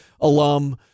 alum